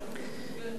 היום.